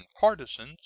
partisans